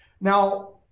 Now